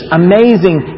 amazing